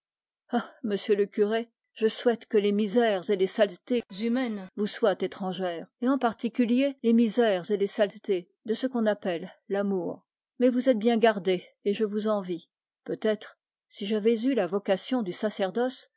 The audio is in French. monsieur le curé je souhaite que les misères et les saletés humaines vous soient étrangères et en particulier les misères et les saletés de ce qu'on appelle l'amour mais vous êtes bien gardé et je vous envie si j'avais eu la vocation du sacerdoce